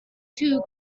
two